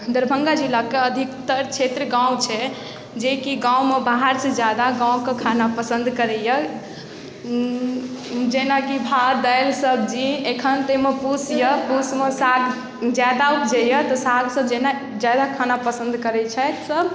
दरभङ्गा जिलाके अधिकतर क्षेत्र गाम छै जेकि गाममे बाहरसँ ज्यादा गामके खाना पसन्द करैए जेनाकि भात दालि सब्जी एखन ताहिमे पूस अइ पूसमे साग ज्यादा उपजैए तऽ सागसब जेना ज्यादा खाना पसन्द करै छथि सब